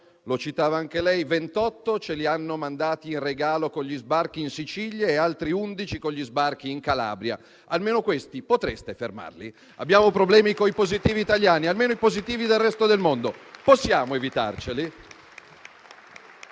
28 ce li hanno mandati in regalo con gli sbarchi in Sicilia e altri 11 con gli sbarchi in Calabria: almeno questi potreste fermarli? Abbiamo problemi coi positivi italiani, almeno i positivi del resto del mondo possiamo evitarceli?